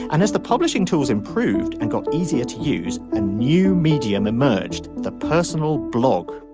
and as the publishing tools improved and got easier to use a new medium emerged. the personal blog